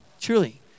truly